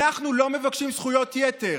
אנחנו לא מבקשים זכויות יתר.